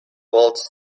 bolts